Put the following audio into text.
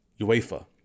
UEFA